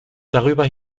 darüber